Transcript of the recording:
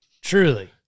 Truly